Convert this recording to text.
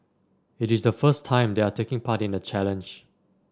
it is the first time they are taking part in the challenge